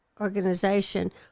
Organization